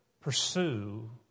pursue